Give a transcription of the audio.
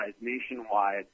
nationwide